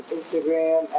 Instagram